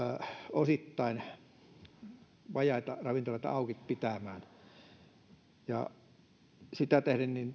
osittain vajaita ravintoloita auki pitämään sen tähden